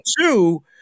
two